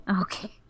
Okay